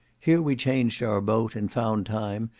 here we changed our boat and found time,